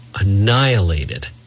annihilated